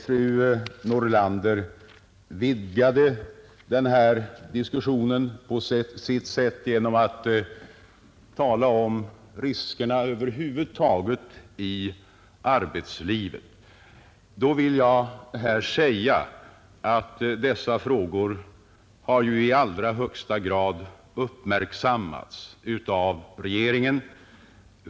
Fru Nordlander vidgade på sitt sätt denna diskussion genom att tala om riskerna över huvud taget i arbetslivet. Jag vill då säga att dessa frågor i allra högsta grad har uppmärksammats av regeringen.